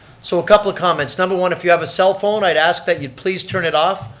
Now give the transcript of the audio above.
so a couple of comments, number one, if you have a cell phone, i'd ask that you please turn it off,